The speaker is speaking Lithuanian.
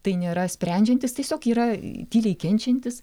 tai nėra sprendžiantys tiesiog yra tyliai kenčiantys